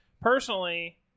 Personally